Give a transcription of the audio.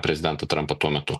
prezidentą trampą tuo metu